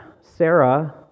sarah